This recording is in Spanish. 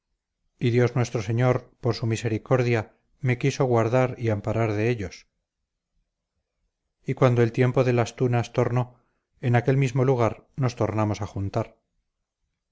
y dios nuestro señor por su misericordia me quiso guardar y amparar de ellos y cuando el tiempo de las tunas tornó en aquel mismo lugar nos tornamos a juntar